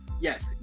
yes